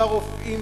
והרופאים,